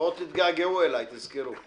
ועוד תתגעגעו אליי, תזכרו.